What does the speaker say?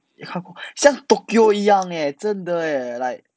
像 tokyo 一样 eh 真的 eh like